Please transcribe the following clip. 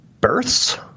births